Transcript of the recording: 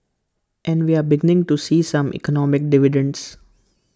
and we are beginning to see some economic dividends